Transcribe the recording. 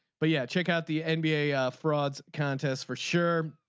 but yeah check out the nba frauds contests for sure.